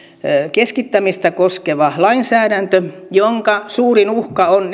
keskittämistä koskeva lainsäädäntö jonka suurin uhka on